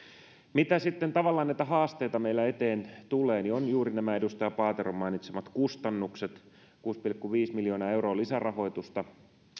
mitä sitten tavallaan meillä eteen tulee ovat juuri nämä edustaja paateron mainitsemat kustannukset kuusi pilkku viisi miljoonaa euroa lisärahoitusta